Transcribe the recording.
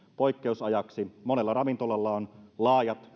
poikkeusajaksi monella ravintolalla on laajat